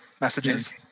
messages